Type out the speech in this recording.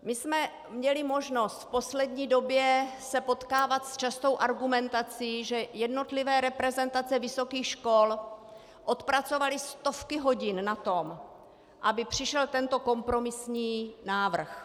My jsme měli možnost v poslední době se potkávat s častou argumentací, že jednotlivé reprezentace vysokých škol odpracovaly stovky hodin na tom, aby přišel tento kompromisní návrh.